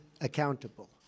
accountable